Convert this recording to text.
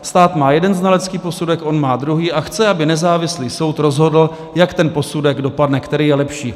Stát má jeden znalecký posudek, on má druhý a chce, aby nezávislý soud rozhodl, jak ten posudek dopadne, který je lepší.